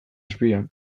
azpian